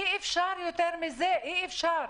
אי אפשר יותר מזה, אי אפשר.